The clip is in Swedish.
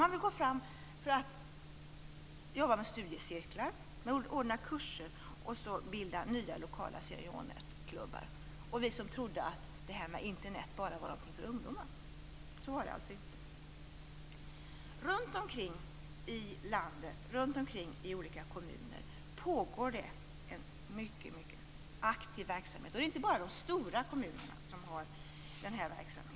Man vill jobba med studiecirklar, ordna kurser och bilda nya lokala Seniornetklubbar. Vi som trodde att det här med Internet bara var någonting för ungdomar! Så var det alltså inte. Runt omkring i landet i olika kommuner pågår det en mycket aktiv verksamhet. Det är inte bara de stora kommunerna som har den här verksamheten.